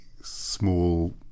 small